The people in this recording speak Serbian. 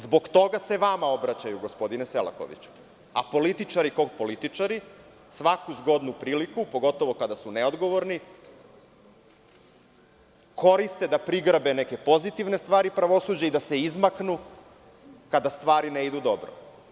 Zbog toga se vama obraćaju, gospodine Selakoviću, a političari ko političari, svaku zgodnu priliku, pogotovo kada su neodgovorni, koriste da prigrabe neke pozitivne stvari pravosuđa i da se izmaknu kada stvari ne idu dobro.